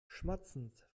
schmatzend